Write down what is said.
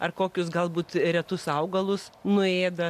ar kokius galbūt retus augalus nuėda